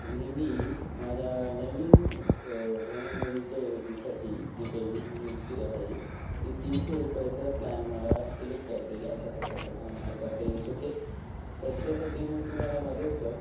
म्हणजे मी माझ्या नवीन भ्रमणध्वनीच्या योजनेसाठी जे काही वीज वीरशी आहे ते तीनशे रुपयाचं प्लॅन मला सिलेक्ट करता येईल अशा प्रकारचं काम मला करता येऊ शकेल तर त्यासाठी मग तू मला मदत कर